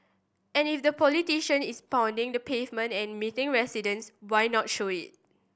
and if the politician is pounding the pavement and meeting residents why not show it